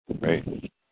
Right